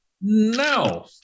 No